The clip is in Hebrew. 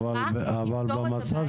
אבל במצב